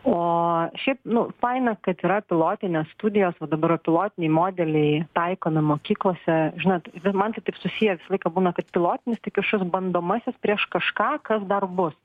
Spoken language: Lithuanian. o šiaip nu faina kad yra pilotinės studijos va dabar yra pilotiniai modeliai taikomi mokyklose žinot bet man tai taip susiję visą laiką būna kad pilotinis tai kažkoks bandomasis prieš kažką kas dar bus